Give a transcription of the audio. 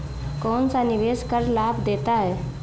कौनसा निवेश कर लाभ देता है?